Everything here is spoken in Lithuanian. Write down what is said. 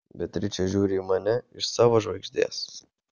beatričė žiūri į mane iš savo žvaigždės